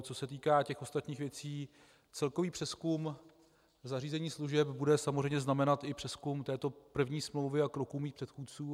Co se týká těch ostatních věcí, celkový přezkum zařízení služeb bude samozřejmě znamenat i přezkum této první smlouvy a kroků mých předchůdců.